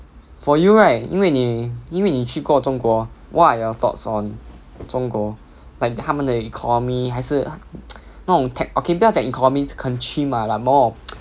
for you right 因为你因为你去过中国 what are your thoughts on 中国 like 他们的 economy 还是 那种 tech okay 不要讲 economy 很 chim ah like more of